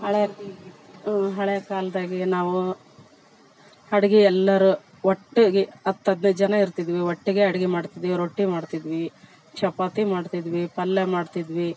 ಹಳೆ ಹಳೆ ಕಾಲದಾಗೆ ನಾವು ಅಡಿಗೆ ಎಲ್ಲರು ಒಟ್ಟಿಗೆ ಹತ್ತು ಹದಿನೈದು ಜನ ಇರ್ತಿದ್ವಿ ಒಟ್ಟಿಗೆ ಅಡಿಗೆ ಮಾಡ್ತಿದ್ವಿ ರೊಟ್ಟಿ ಮಾಡ್ತಿದ್ವಿ ಚಪಾತಿ ಮಾಡ್ತಿದ್ವಿ ಪಲ್ಯ ಮಾಡ್ತಿದ್ವಿ